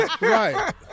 Right